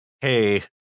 Hey